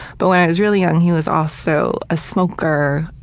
but when i was really young, he was also a smoker,